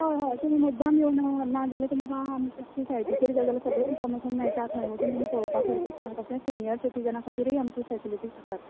हय हय तुमी मुद्दाम योवन नाजाल्यार तुमका आमचे सायटीचेर गेले जाल्यार सगळें इन्फॉर्मेशन मेळटा थंय वचून तुमी पळोवपाक हरकत ना तशे सीन्यर सिटिजन खातीरूय आमच्यो फसिलिटीज आसात